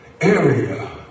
area